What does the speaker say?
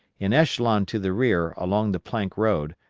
in echelon to the rear along the plank road,